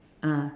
ah